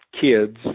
kids